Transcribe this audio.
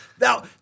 Now